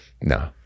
No